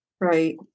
Right